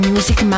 Music